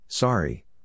Sorry